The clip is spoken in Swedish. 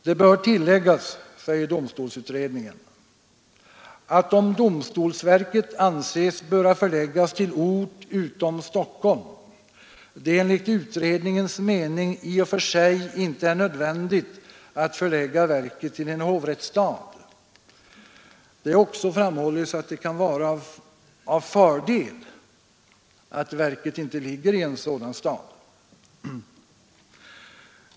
Det bör tilläggas, säger domstolsutredningen, att om domstolsverket anses böra förläggas till ort utom Stockholm, det enligt utredningens mening i och för sig inte är nödvändigt att förlägga verket till en hovrättsstad. Det har också framhållits att det kan vara en fördel att verket inte ligger i en sådan stad.